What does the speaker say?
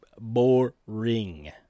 boring